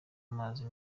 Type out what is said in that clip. amazi